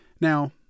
Now